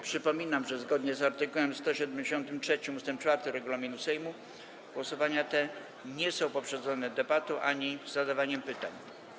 Przypominam, że zgodnie z art. 173 ust. 4 regulaminu Sejmu głosowania te nie są poprzedzone debatą ani zadawaniem pytań.